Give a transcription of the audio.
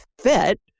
fit